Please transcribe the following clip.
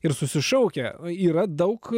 ir susišaukia yra daug